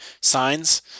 signs